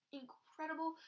incredible